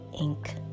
ink